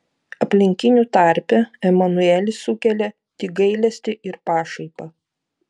aplinkinių tarpe emanuelis sukelia tik gailestį ir pašaipą